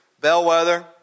Bellwether